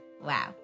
Wow